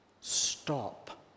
stop